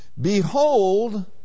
Behold